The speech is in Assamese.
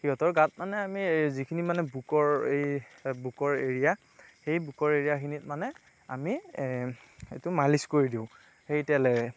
সিহঁতৰ গাত মানে আমি যিখিনি মানে বুকুৰ এই বুকুৰ এৰিয়া সেই বুকুৰ এৰিয়াখিনিত মানে আমি এইটো মালিচ কৰি দিওঁ সেই তেলেৰে